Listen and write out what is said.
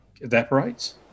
evaporates